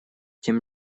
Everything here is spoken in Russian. тем